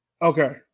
Okay